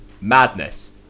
madness